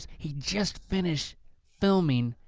he just finished filming